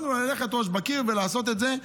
היינו יכולים ללכת ראש בקיר ולעשות את זה,